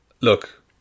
look